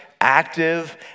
active